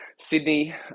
Sydney